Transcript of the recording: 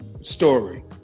story